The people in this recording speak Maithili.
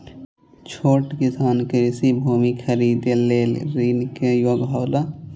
छोट किसान कृषि भूमि खरीदे लेल ऋण के योग्य हौला?